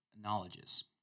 knowledges